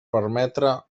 permetre